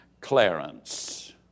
Clarence